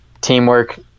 teamwork